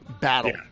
battle